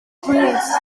plîs